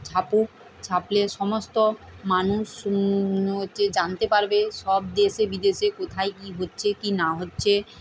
ছাপুক ছাপলে সমস্ত মানুষ হচ্ছে জানতে পারবে সব দেশে বিদেশে কোথায় কী হচ্ছে কী না হচ্ছে